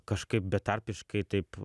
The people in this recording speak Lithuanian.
kažkaip betarpiškai taip